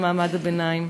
למעמד הביניים.